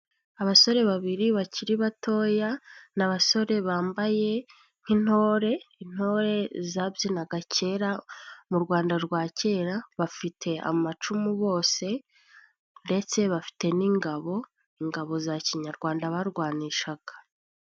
Abasore babiri bakiri batoya ni abasore bambaye nk'intore, intore zabyinaga kera mu Rwanda rwa kera, bafite amacumu bose ndetse bafite n'ingabo, ingabo za kinyarwanda barwanishaga.